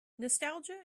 nostalgia